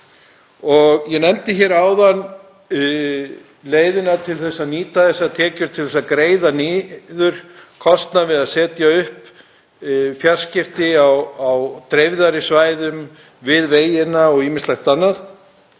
Ég nefndi hér áðan leiðina til að nýta þessar tekjur til að greiða niður kostnað við að setja upp fjarskipti á dreifðari svæðum, við vegina og ýmislegt annað.